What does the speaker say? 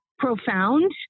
profound